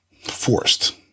forced